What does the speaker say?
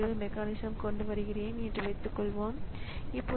எனவே ஒரு operating system குறுக்கீடுகளால் இயக்கப்படுகிறது